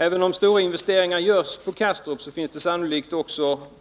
Även om stora investeringar görs på Kastrup finns det sannolikt